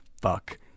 fuck